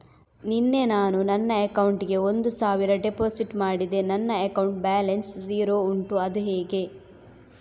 ನಿನ್ನೆ ನಾನು ನನ್ನ ಅಕೌಂಟಿಗೆ ಒಂದು ಸಾವಿರ ಡೆಪೋಸಿಟ್ ಮಾಡಿದೆ ನನ್ನ ಅಕೌಂಟ್ ಬ್ಯಾಲೆನ್ಸ್ ಝೀರೋ ಉಂಟು ಅದು ಹೇಗೆ?